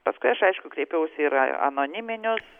paskui aš aišku kreipiausi ir į anoniminius